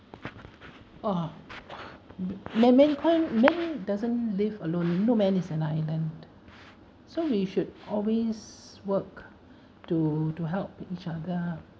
!wah! man mankind man doesn't live alone no man is an island so we should always work to to help each other